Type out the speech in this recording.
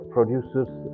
Producers